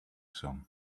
some